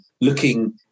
looking